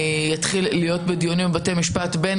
יתחיל להיות בדיונים בבתי משפט בין